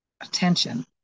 attention